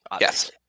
Yes